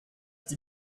die